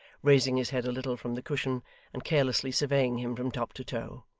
raising his head a little from the cushion and carelessly surveying him from top to toe,